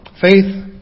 faith